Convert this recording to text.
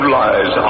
lies